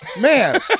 Man